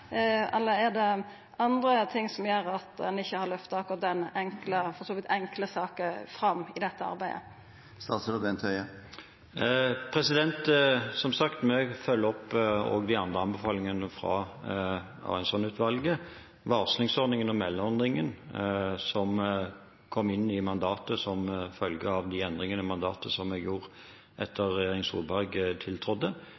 eller er det andre ting som gjer at ein ikkje har løfta akkurat denne for så vidt enkle saka fram i dette arbeidet? Som sagt, vi følger også opp de andre anbefalingene fra Arianson-utvalget. Varslingsordningen og meldeordningen kom inn i mandatet som følge av de endringene i mandatet som jeg gjorde etter at regjeringen Solberg tiltrådte. Det er